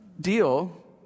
deal